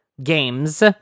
Games